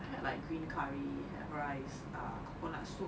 I had like green curry with rice um coconut soup